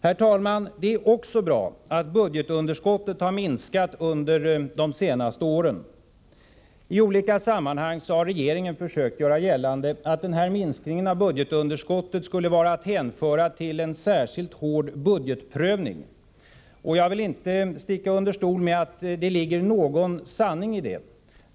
Herr talman! Det är också bra att budgetunderskottet har minskat under de senaste åren. I olika sammanhang har regeringen försökt göra gällande att minskningen av budgetunderskottet skulle vara att hänföra till en särskilt hård budgetprövning. Jag vill inte sticka under stol med att det ligger någon sanning i det.